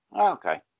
Okay